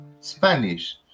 Spanish